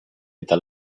eta